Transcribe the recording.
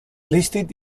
listed